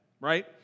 right